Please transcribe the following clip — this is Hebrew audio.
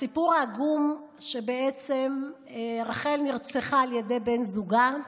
הסיפור העגום הוא שבעצם רחל נרצחה על ידי בן זוגה,